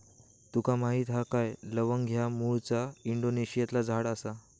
तुका माहीत हा काय लवंग ह्या मूळचा इंडोनेशियातला झाड आसा